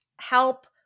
help